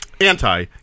Anti